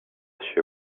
she